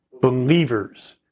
believers